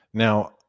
Now